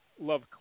Love